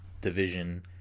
Division